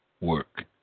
work